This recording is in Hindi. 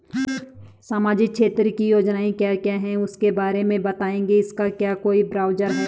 सामाजिक क्षेत्र की योजनाएँ क्या क्या हैं उसके बारे में बताएँगे इसका क्या कोई ब्राउज़र है?